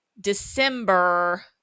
December